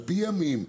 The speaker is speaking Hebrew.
על פי ימים,